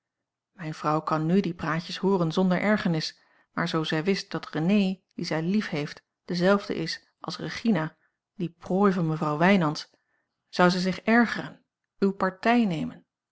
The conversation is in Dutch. mijne vrouw kan n die praatjes hooren zonder ergernis maar zoo zij wist dat renée die zij liefheeft dezelfde is als regina die prooi van mevrouw wijnands zou zij zich ergeren uwe partij nemen